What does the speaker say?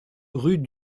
rue